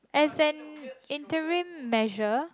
as an interim measure